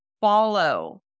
Follow